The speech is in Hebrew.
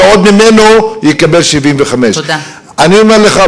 ועוד ממנו לקבל 75%. אני אומר לך,